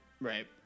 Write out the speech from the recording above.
Right